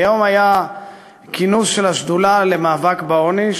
היום היה כינוס של השדולה למאבק בעוני,